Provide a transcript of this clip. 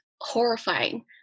horrifying